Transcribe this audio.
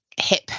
hip